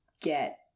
get